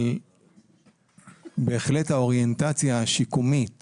אבל בהחלט האוריינטציה השיקומית